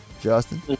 Justin